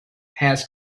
has